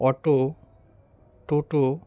auto টোটো